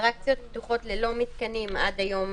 אטרקציות פתוחות ללא מתקנים, עד היום